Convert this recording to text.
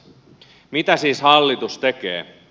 mitä siis hallitus tekee